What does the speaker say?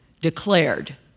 declared